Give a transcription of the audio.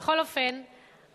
בכל אופן,